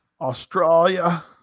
Australia